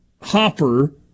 Hopper